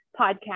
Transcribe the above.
podcast